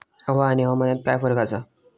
हवा आणि हवामानात काय फरक असा?